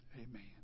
Amen